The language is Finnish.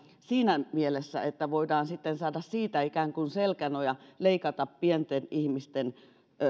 siinä mielessä että voidaan sitten saada siitä ikään kuin selkänoja leikata pienten ihmisten